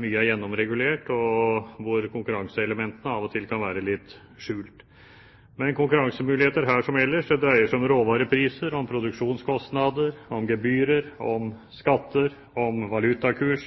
mye er gjennomregulert og konkurranseelementene av og til kan være litt skjult. Det er konkurransemuligheter her som ellers. Det dreier seg om råvarepriser, om produksjonskostnader, om gebyrer, om skatter, om valutakurs,